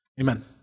Amen